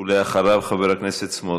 אדוני, ואחריו, חבר הכנסת סמוטריץ.